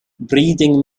breeding